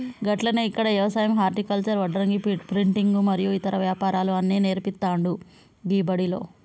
గట్లనే ఇక్కడ యవసాయం హర్టికల్చర్, వడ్రంగి, ప్రింటింగు మరియు ఇతర వ్యాపారాలు అన్ని నేర్పుతాండు గీ బడిలో